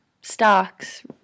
stocks